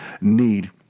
need